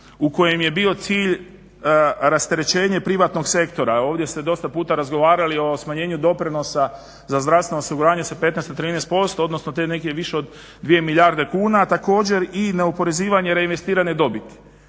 u kojem je bio cilj rasterećenje privatnog sektora. Ovdje ste dosta puta razgovarali o smanjenju doprinosa za zdravstveno osiguranje sa 15 na 13% to je negdje više od 2 milijarde kuna, također i neoporezivanje reinvestirane dobiti